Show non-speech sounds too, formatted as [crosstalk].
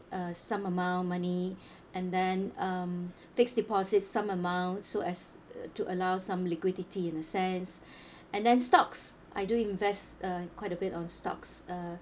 uh some amount of money and then um fixed deposits some amount so as uh to allow some liquidity in a sense [breath] and then stocks I do invest uh quite a bit on stocks uh